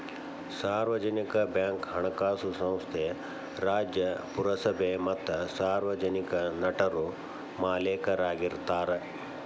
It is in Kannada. ಸಾರ್ವಜನಿಕ ಬ್ಯಾಂಕ್ ಹಣಕಾಸು ಸಂಸ್ಥೆ ರಾಜ್ಯ, ಪುರಸಭೆ ಮತ್ತ ಸಾರ್ವಜನಿಕ ನಟರು ಮಾಲೇಕರಾಗಿರ್ತಾರ